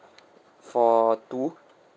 for two